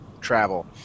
travel